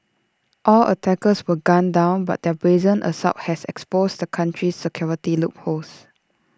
all attackers were gunned down but their brazen assault has exposed the country's security loopholes